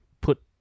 put